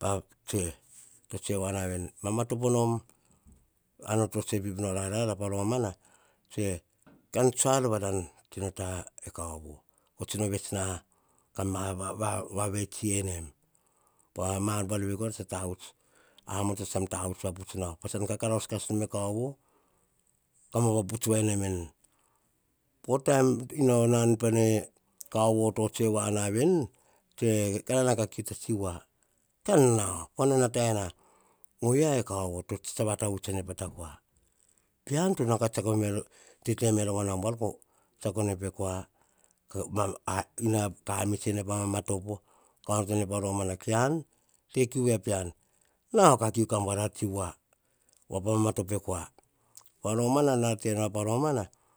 pa tsoe. Tsoe voa na veni, mamatopo nom. Ar nor tsotsoe pip nora arara, tsoe, kan tsuar varan tsino ta e kaovo. Ko tsino vets na, kam vavetsi nem. Pova ma ar buar veri kora tsa tavuts. Amoto tsam tavuts vaputs voinem veni. Po taim, ino nan pane kaovo tsotsoe voa na veni, nao ka kiu ta tsi voa, kan nao. Pova no nata na, ovia ve kaovo, tsa vata vutsene pe kua. Pea to tete me rova nom abuar, ko tsiako ene pe kua. Kamits tsene pa mamatopo, ka onotoene pa romanaa. Ke an, te kiu via pean? Nao ka kiu ka buar a tsi voa. Pa mamatopo e kua. Pa romana nara tete nor pa romana.